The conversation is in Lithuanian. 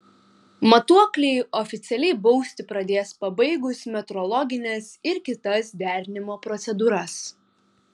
matuokliai oficialiai bausti pradės pabaigus metrologines ir kitas derinimo procedūras